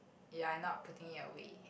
ya you not putting it away